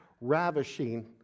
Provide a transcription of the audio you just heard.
ravishing